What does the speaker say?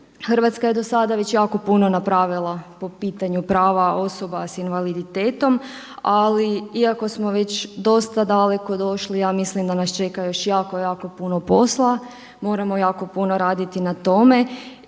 Hrvatska je do sada već jako puno napravila po pitanju prava osoba s invaliditetom, ali iako smo već dosta daleko došli ja mislim da nas čeka još jako, jako puno posla, moramo jako puno raditi na tome.